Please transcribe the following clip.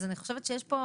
אני חושבת שיש פה